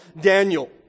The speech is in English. Daniel